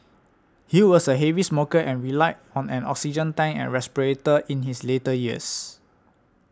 he was a heavy smoker and relied on an oxygen tank and respirator in his later years